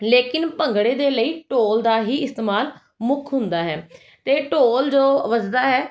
ਲੇਕਿਨ ਭੰਗੜੇ ਦੇ ਲਈ ਢੋਲ ਦਾ ਹੀ ਇਸਤੇਮਾਲ ਮੁੱਖ ਹੁੰਦਾ ਹੈ ਅਤੇ ਢੋਲ ਜੋ ਵੱਜਦਾ ਹੈ